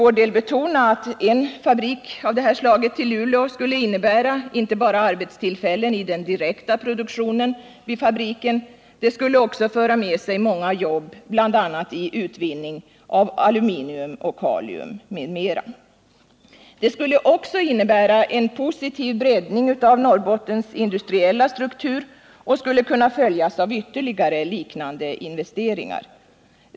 Vi vill betona att en konstgödselfabrik i Luleå skulle inte bara innebära arbetstillfällen i den direkta produktionen vid fabriken utan också medföra många andra jobb, bl.a. i utvinning av aluminium och kalium, m.m. Fabriken skulle också innebära en positiv breddning av Norrbottens industriella struktur och skulle kunna följas av ytterligare liknande investeringar.